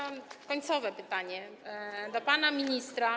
Mam końcowe pytanie do pana ministra.